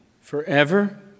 forever